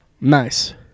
nice